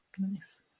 nice